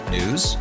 News